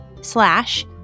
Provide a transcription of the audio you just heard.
slash